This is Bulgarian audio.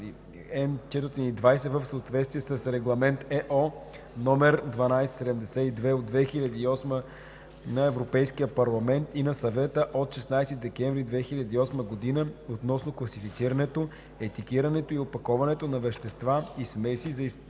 Н420 в съответствие с Регламент (ЕО) № 1272/2008 на Европейския парламент и на Съвета от 16 декември 2008 г. относно класифицирането, етикетирането и опаковането на вещества и смеси, за изменение